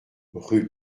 rue